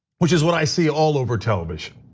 which is what i see all over television.